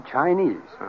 Chinese